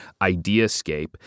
ideascape